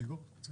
את האייפון,